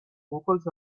vocals